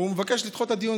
והוא מבקש לדחות את הדיון.